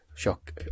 shock